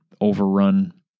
overrun